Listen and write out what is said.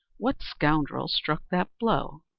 what scoundrel struck that blow?